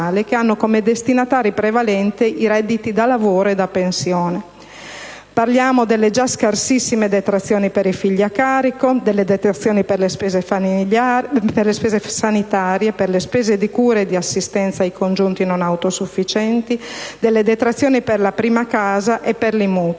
che hanno come destinatari prevalenti i redditi da lavoro e da pensione: parliamo delle già scarsissime detrazioni per i figli a carico, per le spese sanitarie, per le spese di cura ed assistenza ai congiunti non autosufficienti, delle detrazioni per la prima casa e per i mutui.